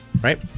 right